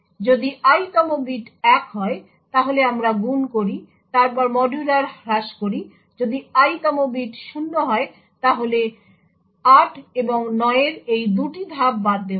যদি i তমটি 1 হয় তাহলে আমরা গুন করি তারপর মডুলার হ্রাস করি যদি i তম বিট 0 হয় তাহলে 8 এবং 9 এর এই 2টি ধাপ বাদ দেওয়া হয়